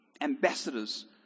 ambassadors